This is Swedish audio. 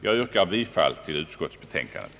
Jag yrkar, herr talman, bifall till utskottets hemställan.